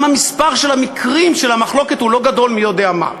גם מספר המקרים של המחלוקת הוא לא גדול מי יודע מה.